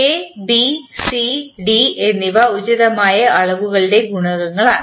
A B C D എന്നിവ ഉചിതമായ അളവുകളുടെ ഗുണകങ്ങളാണ്